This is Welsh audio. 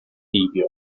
heibio